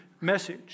message